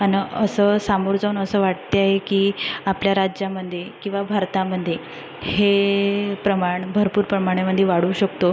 आणि असं सामोरं जाऊन असं वाटते आहे की आपल्या राज्यामध्ये भारतामध्ये हे प्रमाण भरपूर प्रमाणामध्ये वाढू शकतो